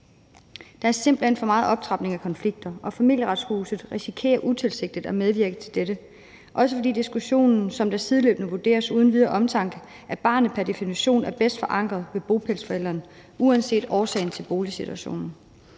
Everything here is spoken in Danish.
Der er simpelt hen for meget optrapning af konflikter, og Familieretshuset risikerer utilsigtet at medvirke til dette, også fordi det sideløbende vurderes uden videre omtanke, at barnet pr. definition af bedst forankret ved bopælsforælderen, uanset årsagen til boligsituationen